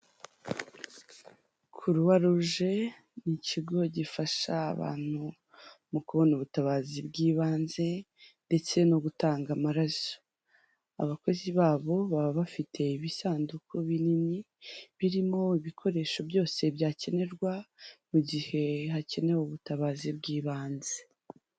Croix Rouge ni ikigo gifasha abantu mu kubona ubutabazi bw'ibanze ndetse no gutanga amaraso, abakozi babo baba bafite ibisanduku binini birimo ibikoresho byose byakenerwa mu gihe hakenewe ubutabazi bw'ibanze.